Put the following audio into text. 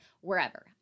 wherever